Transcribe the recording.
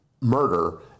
murder